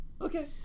Okay